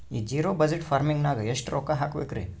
ಈ zero budget farming ನಾಗ್ ರೊಕ್ಕ ಎಷ್ಟು ಹಾಕಬೇಕರಿ?